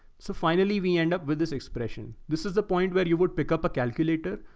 so finally, we end up with this expression. this is the point where you would pick up a calculator.